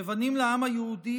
כבנים לעם היהודי,